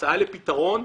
הצעה לפתרון.